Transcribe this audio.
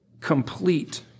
complete